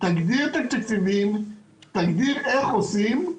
תעביר את התקציבים, תגדיר איך עושים,